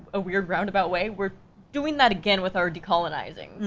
a weird roundabout way, we're doing that again with our decolonizing,